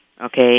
Okay